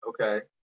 Okay